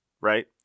right